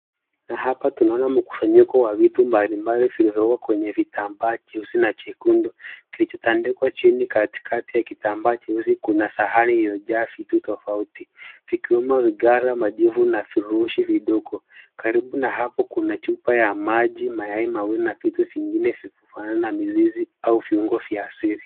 Na hapa tunaona mkusanyiko wa vitu mbalimbali vilivyowekwa kwenye vitambaa cheusi na chekundu kilichotandikwa chini, katikati ya kitambaa cheusi kuna sahani iliyojaa vitu tofauti, vikiwemo sigara, majivu na vifurushi vidogo, karibu na hapo kuna chupa ya maji, mayai mawili na vitu vingine vikifanana na mizizi au viungo vya asili.